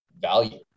value